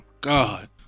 God